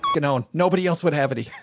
you know nobody else would have it. he